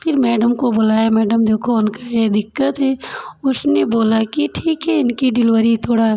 फिर मैडम को बुलाया मैडम देखो उनका ये दिक्कत है उसने बोला कि ठीक है इनकी डिलीवरी थोड़ा